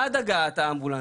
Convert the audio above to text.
עד הגעת האמבולנס,